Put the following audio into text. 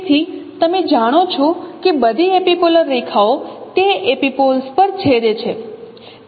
તેથી તમે જાણો છો કે બધી એપિપોલર રેખાઓ તે એપિપોલ્સ પર છેદે છે